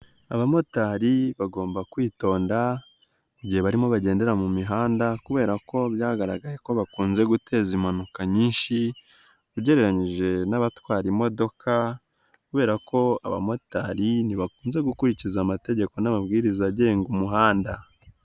Abamotari bagomba kwitonda igihe barimo bagendera mu mihanda kubera ko byagaragaye ko bakunze guteza impanuka nyinshi, ugereranyije n'abatwara imodoka kubera ko abamotari ntibakunze gukurikiza amategeko n'amabwiriza agenga umuhanda.